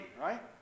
right